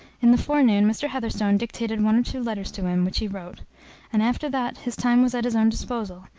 in the forenoon, mr. heatherstone dictated one or two letters to him, which he wrote and after that his time was at his own disposal,